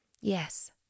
Yes